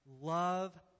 Love